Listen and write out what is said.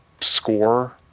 score